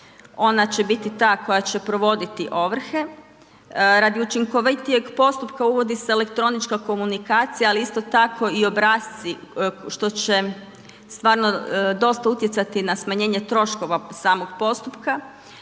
ona će biti ta koja će provoditi ovrhe. Radi učinkovitijeg postupka uvodi se elektronička komunikacija ali isto tako i obrasci što će stvarno dosta utjecati na smanjenje troškova samog postupka,